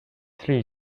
three